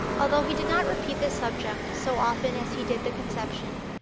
although he did not repeat this subject so often as he did the conception,